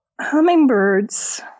Hummingbirds